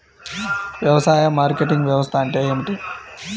వ్యవసాయ మార్కెటింగ్ వ్యవస్థ అంటే ఏమిటి?